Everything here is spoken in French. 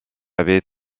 avait